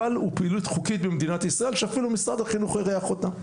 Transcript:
אבל הוא פעילות חוקית במדינת ישראל שאפילו משרד החינוך אירח אותה.